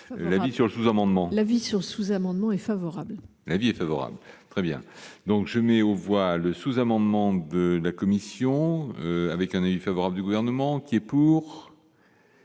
l'édition, je vous amendements. La vie sur sous-amendement et favorable. L'avis est favorable, très bien, donc je mets aux voix le sous-amendement de la commission avec un favorable du gouvernement qui est pour.